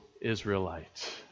Israelite